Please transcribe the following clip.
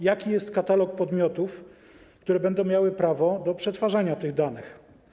Jaki jest katalog podmiotów, które będą miały prawo do przetwarzania tych danych?